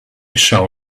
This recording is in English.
shall